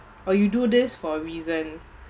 or you do this for a reason